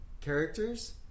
characters